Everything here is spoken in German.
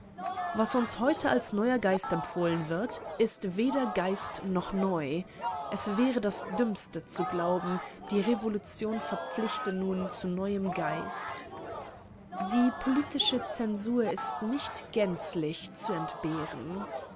was uns heute als neuer geist empfohlen wird ist weder geist noch neu es wäre das dümmste zu glauben die revolution verpflichte nun zu neuem geist die politische zensur ist nicht gänzlich zu entbehren